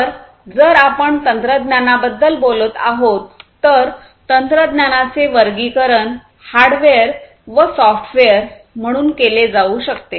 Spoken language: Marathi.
तर जर आपण तंत्रज्ञानाबद्दल बोलत आहोत तर तंत्रज्ञानाचे वर्गीकरण हार्डवेअर व सॉफ्टवेअर म्हणून केले जाऊ शकते